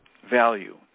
value